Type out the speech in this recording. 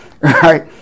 right